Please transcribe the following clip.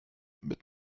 mit